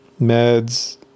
meds